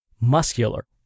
muscular